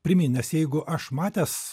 primint nes jeigu aš matęs